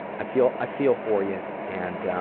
i feel i feel for you, and